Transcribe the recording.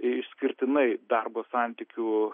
išskirtinai darbo santykių